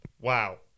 Wow